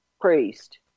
priest